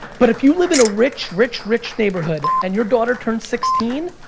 but if you live in a rich rich rich neighborhood and your daughter turns sixteen,